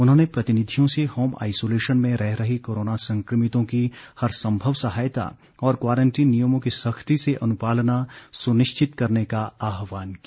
उन्होंने प्रतिनिधियों से होम आइसोलेशन में रह रहे कोरोना संकमितों की हर संभव सहायता और क्वारंटीन नियमों की सख्ती से अनुपालना सुनिश्चित करने का आहवान किया